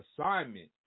assignment